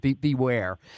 beware